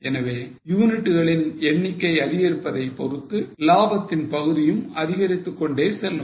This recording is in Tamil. எனவே யூனிட்களின் எண்ணிக்கை அதிகரிப்பதை பொறுத்து லாபத்தின் பகுதியும் அதிகரித்துக் கொண்டே செல்லும்